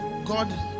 god